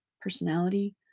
personality